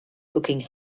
looking